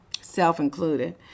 self-included